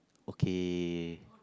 okay